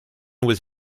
was